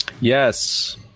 Yes